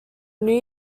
new